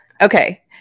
Okay